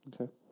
Okay